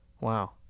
Wow